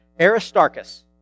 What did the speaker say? Aristarchus